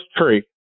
tree